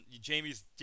Jamie's